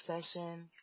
session